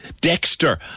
Dexter